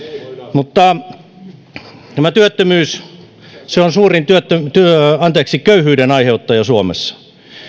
työttömyys on suurin köyhyyden aiheuttaja suomessa